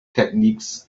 techniques